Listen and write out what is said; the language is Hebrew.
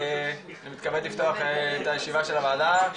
אני מתכבד לפתוח את הישיבה של הוועדה.